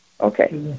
Okay